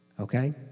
Okay